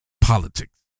politics